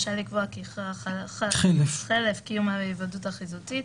רשאי לקבוע כי חלף קיום היוועדות חזותית,